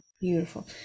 Beautiful